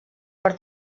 per